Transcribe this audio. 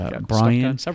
Brian